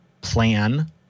plan